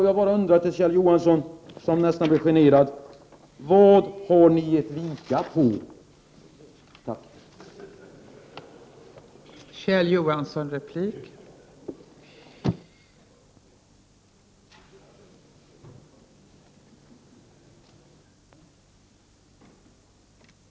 Jag frågar då Kjell Johansson, som nästan blev generad av vad jag sade: I vilket avseende har folkpartiet givit vika?